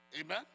Amen